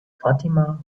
fatima